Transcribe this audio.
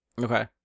Okay